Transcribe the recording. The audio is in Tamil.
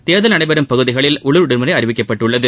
தேர்தல் நடைபெறும் பகுதிகளில் உள்ளுர் விடுமுறை அறிவிக்கப்பட்டுள்ளது